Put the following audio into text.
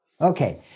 Okay